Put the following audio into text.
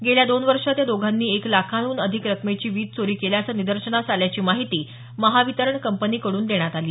गेल्या दोन वर्षांत या दोघांनी एक लाखांहन अधिक रकमेची वीज चोरी केल्याचं निदर्शनास आल्याची माहिती महावितरण कंपनीकडून देण्यात आली